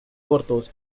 cortos